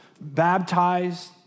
baptized